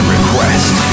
Request